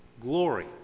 Glory